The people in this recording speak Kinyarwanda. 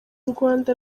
rwanda